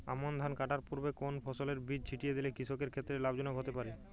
আমন ধান কাটার পূর্বে কোন ফসলের বীজ ছিটিয়ে দিলে কৃষকের ক্ষেত্রে লাভজনক হতে পারে?